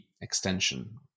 extension